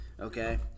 okay